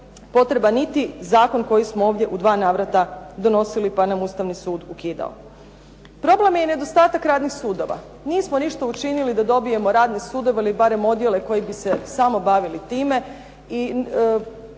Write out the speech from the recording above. potreban niti zakon koji smo ovdje u dva navrata donosili pa nam Ustavni sud ukidao. Problem je i nedostatak radnih sudova. Nismo ništa učinili da dobijemo radne sudove ili barem odjele koji bi se samo bavili time.